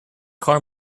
car